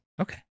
Okay